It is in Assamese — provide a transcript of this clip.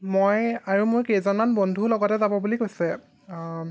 মই আৰু মোৰ কেইজনমান বন্ধুও লগতে যাব বুলি কৈছে